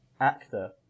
actor